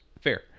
Fair